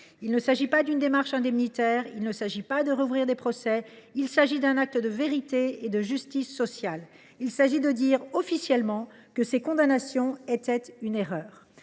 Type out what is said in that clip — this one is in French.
Il ne s’agit pas d’entamer une démarche indemnitaire ni de rouvrir des procès. Il s’agit d’un acte de vérité et de justice sociale. Il s’agit de dire, officiellement, que ces condamnations étaient une erreur.